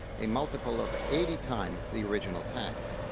a multiple of eighty times the original tax.